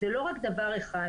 זה לא רק דבר אחד.